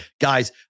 guys